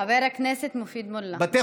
חבר הכנסת פטין מולה, בבקשה.